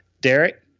Derek